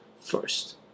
first